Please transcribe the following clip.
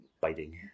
biting